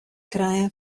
krijen